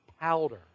powder